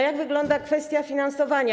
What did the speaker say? Jak wygląda kwestia finansowania?